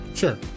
sure